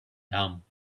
damp